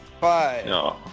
Bye